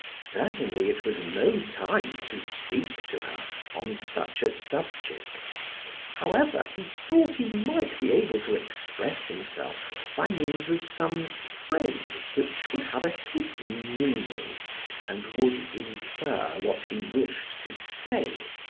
certainly it was no time to speak to her on such a subject however, he thought he might be able to express himself by means of some phrase which would have a hidden meaning and would infer what he wished to say.